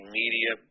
media